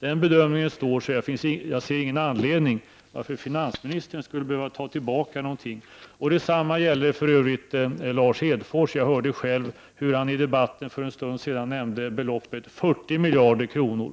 Denna bedömning står sig, och jag ser ingen anledning till att finansministern skulle behöva ta tillbaka någonting. Detsamma gäller faktiskt Lars Hedfors. Jag hörde själv hur han i debatten för en stund sedan nämnde beloppet 40 miljarder kronor.